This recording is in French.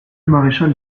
maréchal